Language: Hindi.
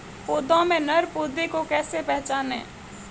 पौधों में नर पौधे को कैसे पहचानें?